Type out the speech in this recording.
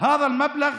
הסכום הזה,